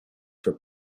for